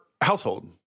household